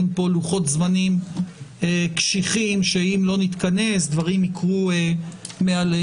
אין כאן לוחות זמנים קשיחים שאם לא נתכנס בקרים יקרו מאליהם.